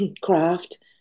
craft